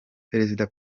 perezida